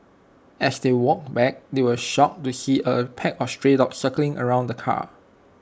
as they walked back they were shocked to see A pack of stray dogs circling around the car